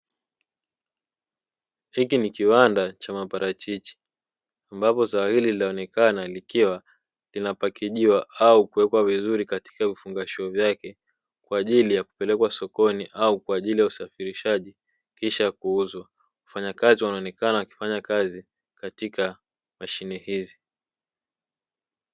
Hiki ni kiwanda cha maparachichi ambapo zao hili linaonekana likiwa linawekwa vizuri katika vifungashio vyake, kwaajili ya kupelekwa sokoni au kwaajili ya usafirishaji kisha kuuzwa. Wafanyakazi wakionekana wakifanya kazi katika mashine hizi.